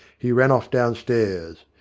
he ran off downstairs.